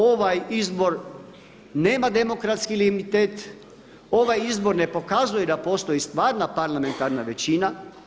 Ovaj izbor nema demokratski legitimitet, ovaj izbor ne pokazuje da postoji stvarna parlamentarna većina.